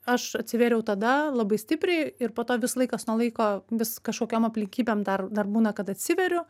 aš atsivėriau tada labai stipriai ir po to vis laikas nuo laiko vis kažkokiom aplinkybėm dar dar būna kad atsiveriu